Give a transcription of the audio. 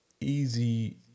easy